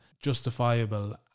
justifiable